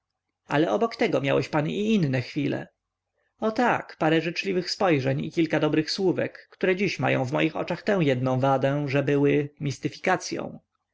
ale obok tego miałeś pan i inne chwile o tak parę życzliwych spojrzeń i kilka dobrych słówek które dziś mają w moich oczach tę jednę wadę że były mistyfikacyą